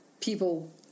people